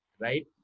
right